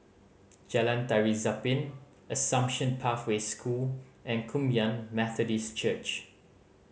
Jalan Tari Zapin Assumption Pathway School and Kum Yan Methodist Church